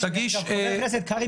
חבר הכנסת קרעי,